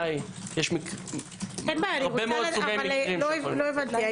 לא הבנתי.